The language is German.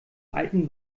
alten